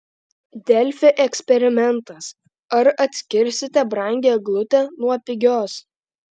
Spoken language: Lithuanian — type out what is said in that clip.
delfi eksperimentas ar atskirsite brangią eglutę nuo pigios